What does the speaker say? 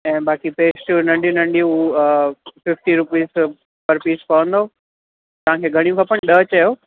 ऐं बाक़ी पेस्ट्रियूं नंढियूं नंढियूं फ़िफ़्टी रुपीज़ पर पीस पवंदव तव्हांखे घणियूं खपनि ॾह चयव